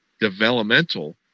developmental